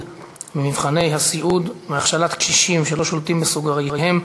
במבחני הסיעוד והכשלת קשישים שלא שולטים בסוגריהם,